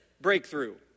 breakthrough